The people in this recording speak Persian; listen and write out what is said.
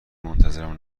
منتظرم